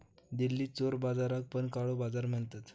दिल्लीत चोर बाजाराक पण काळो बाजार म्हणतत